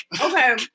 Okay